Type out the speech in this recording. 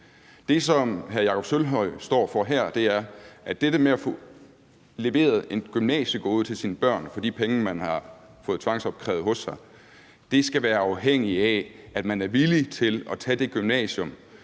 Det, som hr. Jakob Sølvhøj står for her, er, at dette med at få leveret et gymnasiegode til sine børn for de penge, man har fået tvangsopkrævet hos sig, skal være afhængigt af, at man er villig til at tage det gymnasium,